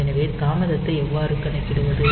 எனவே தாமதத்தை எவ்வாறு கணக்கிடுவது